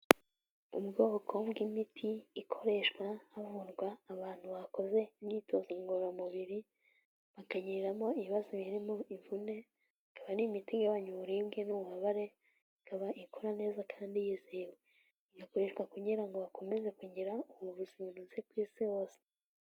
Ubwoko bw'imiti ikoreshwa havurwa abantu bakoze imyitozo ngororamubiri, bakagiriramo ibibazo birimo imvune, ikaba ari imiti igabanya uburibwe n'ububabare, ikaba ikora neza kandi yizewe. Inakoreshwa kugira ngo bakomeze kugira ubuvuzi bunoze ku isi hose.